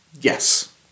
Yes